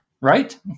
right